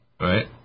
right